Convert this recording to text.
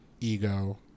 Ego